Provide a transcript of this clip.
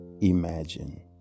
imagine